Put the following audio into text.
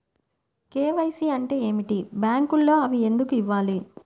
KYC అంటే ఏమిటి? బ్యాంకులో అవి ఎందుకు ఇవ్వాలి?